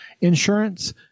insurance